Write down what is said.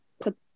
put